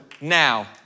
now